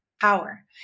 power